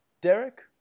Derek